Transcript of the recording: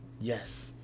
Yes